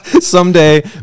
someday